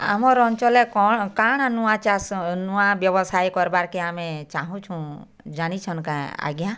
ଆମର୍ ଅଞ୍ଚଲେ କ'ଣ କାଁଣା ନୂଆ ଚାଷ୍ ନୂଆ ବ୍ୟବସାୟ କରବାର୍ କେ ଆମେ ଚାଁହୁଛୁଁ ଜାନିଛନ୍ କେ ଆଜ୍ଞା